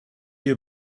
hier